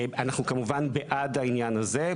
אנחנו כמובן בעד העניין הזה.